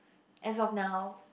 as of now